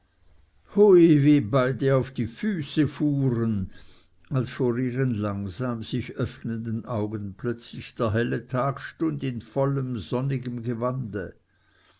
hui wie beide auf die füße fuhren als vor ihren langsam sich öffnenden augen plötzlich der helle tag stund in vollem sonnigem gewande